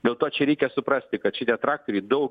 dėl to čia reikia suprasti kad šitie traktoriai daug